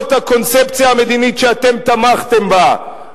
הקונספציה המדינית שאתם תמכתם בה,